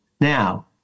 Now